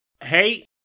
Hey